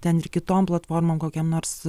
ten ir kitom platformom kokiom nors